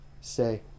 say